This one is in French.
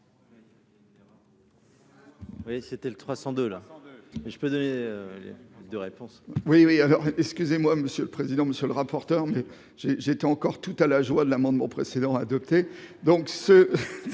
Oui, c'était le trois cent de là, je peux donner de réponse. Oui, oui, excusez-moi, monsieur le président, monsieur le rapporteur, mais j'ai, j'étais encore tout à la joie de l'amendement précédent adopté